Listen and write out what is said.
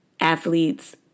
athletes